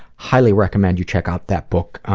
highly recommend you check out that book,